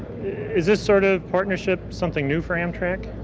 is this sort of partnership something new for amtrak?